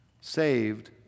Saved